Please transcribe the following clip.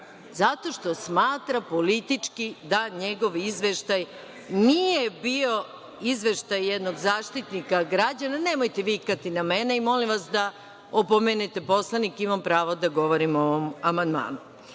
Zato što smatra politički da njegov izveštaj nije bio izveštaj jednog Zaštitnika građana. Nemojte vikati na mene i molim vas da opomenete poslanike, imam pravo da govorim o ovom